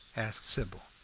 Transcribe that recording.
asked sybil.